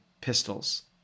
pistols